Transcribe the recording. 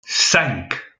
cinq